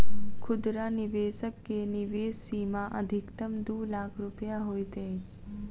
खुदरा निवेशक के निवेश सीमा अधिकतम दू लाख रुपया होइत अछि